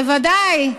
בוודאי.